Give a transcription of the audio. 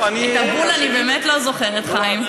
את הבול אני באמת לא זוכרת, חיים.